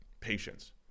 patience